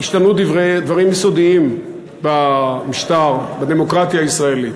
ישתנו דברים יסודיים במשטר, בדמוקרטיה הישראלית.